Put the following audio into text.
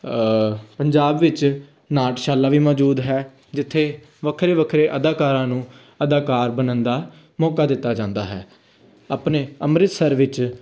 ਪੰਜਾਬ ਵਿੱਚ ਨਾਟਸ਼ਾਲਾ ਵੀ ਮੌਜੂਦ ਹੈ ਜਿੱਥੇ ਵੱਖਰੇ ਵੱਖਰੇ ਅਦਾਕਾਰਾਂ ਨੂੰ ਅਦਾਕਾਰ ਬਣਨ ਦਾ ਮੌਕਾ ਦਿੱਤਾ ਜਾਂਦਾ ਹੈ ਆਪਣੇ ਅੰਮ੍ਰਿਤਸਰ ਵਿੱਚ